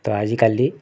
ତ ଆଜିକାଲି